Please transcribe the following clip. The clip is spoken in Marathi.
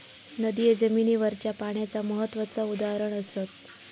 नदिये जमिनीवरच्या पाण्याचा महत्त्वाचा उदाहरण असत